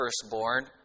firstborn